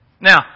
Now